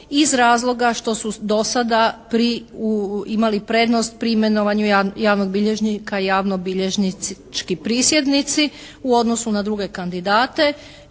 iz razloga što su do sada imali prednost pri imenovanju javnih bilježnika javno-bilježnički prisjednici u odnosu na druge kandidate